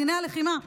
דיני הלחימה.